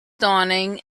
dawning